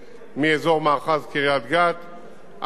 עד הנקודה הזאת, ובעצם הכבישים יתחברו.